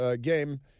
game